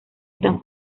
están